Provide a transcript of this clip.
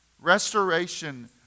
restoration